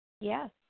Yes